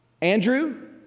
Andrew